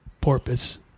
porpoise